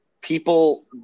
people